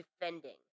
defending